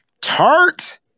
Tart